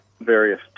various